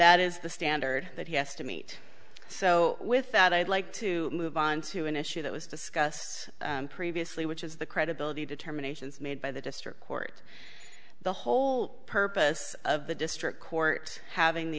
that is the standard that he has to meet so with that i'd like to move on to an issue that was discussed previously which is the credibility determinations made by the district court the whole purpose of the district court having the